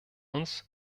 uns